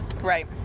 Right